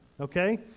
okay